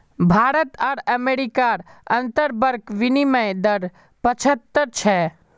भारत आर अमेरिकार अंतर्बंक विनिमय दर पचाह्त्तर छे